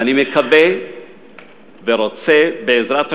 ואני מקווה ורוצה, בעזרת השם,